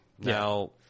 Now